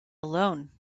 alone